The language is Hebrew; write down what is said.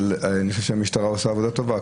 אבל אני חושב שהמשטרה עושה עבודה טובה.